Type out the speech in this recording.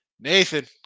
Nathan